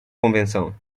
convenção